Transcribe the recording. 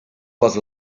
was